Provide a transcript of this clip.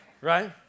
right